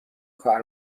کار